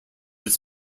its